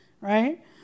right